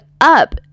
up